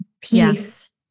peace